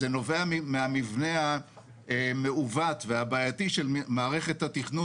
זה נובע מהמבנה המעוות והבעייתי של מערכת התכנון